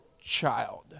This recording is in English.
child